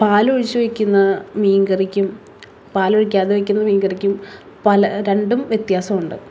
പാൽ ഒഴിച്ചു വയ്ക്കുന്ന മീൻ കറിക്കും പാൽ ഒഴിക്കാതെ വയ്ക്കുന്ന മീൻ കറിയ്ക്കും പല രണ്ടും വ്യത്യാസമുണ്ട്